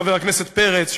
חבר הכנסת פרץ,